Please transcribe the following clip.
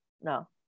no